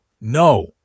No